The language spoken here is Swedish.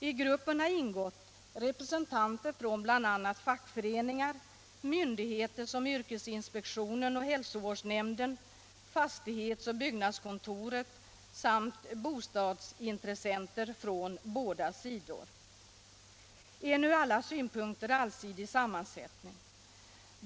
I gruppen har ingått representanter för bl.a. fackföreningar, myndigheter såsom yrkesinspektionen och hälsovårdsnämnden, fastighets och byggnadskontoret samt bostadsintressenter från båda sidor, en från alla synpunkter allsidig sammansättning.